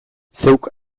zeuk